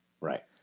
Right